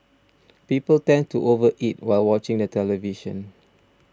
people tend to over eat while watching the television